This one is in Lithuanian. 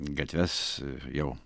gatves jau